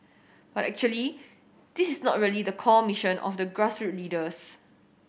but actually this is not really the core mission of the grassroot leaders